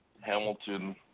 Hamilton